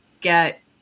get